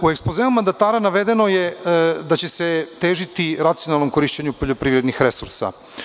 U ekspozeu mandatara navedeno je da će se težiti racionalnom korišćenju poljoprivrednih resursa.